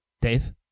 Dave